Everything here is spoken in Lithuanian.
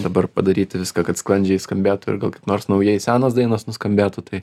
dabar padaryti viską kad sklandžiai skambėtų ir gal kaip nors naujai senos dainos nuskambėtų tai